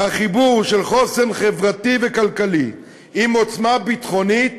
והחיבור של חוסן חברתי וכלכלי עם עוצמה ביטחונית,